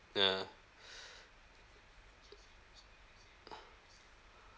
yeah